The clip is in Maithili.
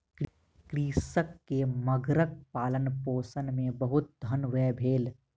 कृषक के मगरक पालनपोषण मे बहुत धन व्यय भेल